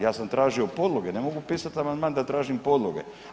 Ja sam tražio podloge, ne mogu pisati amandman da tražim podloge.